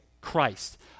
Christ